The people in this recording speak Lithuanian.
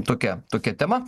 tokia tokia tema